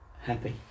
happy